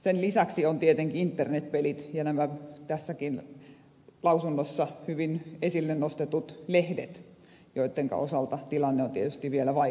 sen lisäksi on tietenkin internet pelit ja nämä tässäkin lausunnossa hyvin esille nostetut lehdet joittenka osalta tilanne on tietysti vielä vaikeampi